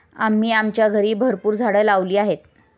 आम्ही आमच्या घरी भरपूर झाडं लावली आहेत